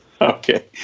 Okay